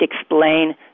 explain